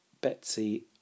Betsy